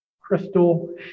Crystal